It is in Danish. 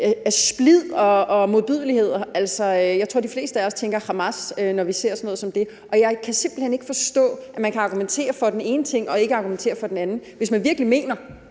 af splid og modbydeligheder. Jeg tror, de fleste af os tænker Hamas, når vi ser sådan noget som det, og jeg kan simpelt hen ikke forstå, at man kan argumentere for den ene ting og ikke kan argumentere for den anden, hvis man virkelig mener,